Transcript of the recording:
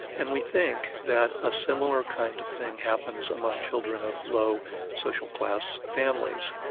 and we think that a similar kind of thing happens among children of low social class families.